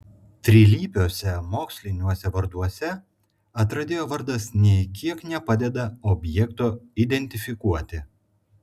trilypiuose moksliniuose varduose atradėjo vardas nė kiek nepadeda objekto identifikuoti